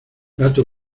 gato